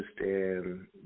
understand